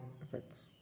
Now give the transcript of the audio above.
effects